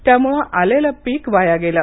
त्यामुळे आलेलं पीक वाया गेलं